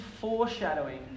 foreshadowing